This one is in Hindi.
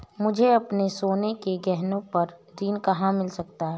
मुझे अपने सोने के गहनों पर ऋण कहाँ मिल सकता है?